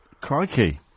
Crikey